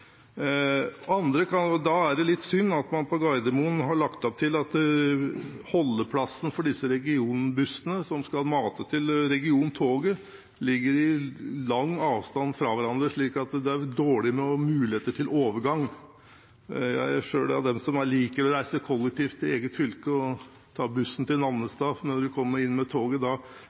og andre fylker i nærheten som pendler til Gardermoen for å ta toget inn til Oslo – da snakker vi om regiontoget. Da er det litt synd at man på Gardermoen har lagt opp til at holdeplassen for disse regionbussene som skal mate til regiontoget, ligger langt unna, slik at det blir dårlig med muligheter for overgang. Jeg er selv av dem som liker å reise kollektivt i eget